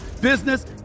business